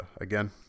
again